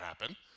happen